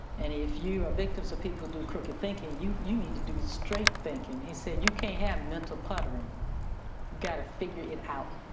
and if you are victims of people do crooked thinking, you you need to do straight thinking. he said you can't have mental cluttering, you gotta figure it out.